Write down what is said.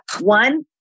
one